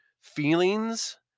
feelings